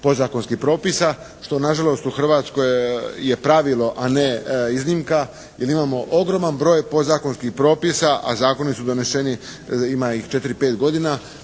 podzakonskih propisa što nažalost u Hrvatskoj je pravilo a ne iznimka jer imamo ogroman broj podzakonskih propisa a zakoni su doneseni, ima četiri, pet godina.